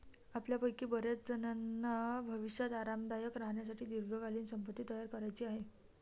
आपल्यापैकी बर्याचजणांना भविष्यात आरामदायक राहण्यासाठी दीर्घकालीन संपत्ती तयार करायची आहे